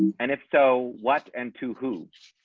and if so, what and to whom